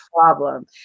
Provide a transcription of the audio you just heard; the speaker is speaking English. problem